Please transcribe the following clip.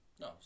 No